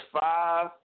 five